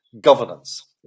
governance